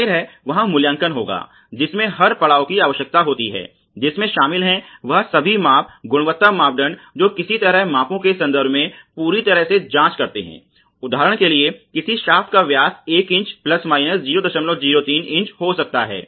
जाहिर है वहाँ मूल्यांकन होगा जिसमें हर पड़ाव की आवश्यकता होती है जिसमें शामिल हैं वह सभी माप गुणवत्ता मापदंड जो किसी तरह मापों के संदर्भ में पूरी तरह से जांच करते है उदाहरण के लिए किसी शाफ्ट का व्यास 1 इंच ± 003 इंच हो सकता है